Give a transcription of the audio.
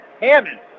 Hammond